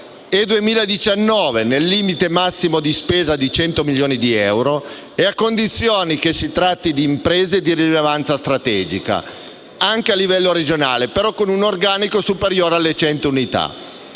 e 2019, nel limite massimo di spesa di 100 milioni di euro e a condizione che si tratti di imprese di rilevanza strategica anche a livello regionale, però con un organico superiore alle 100 unità.